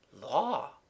Law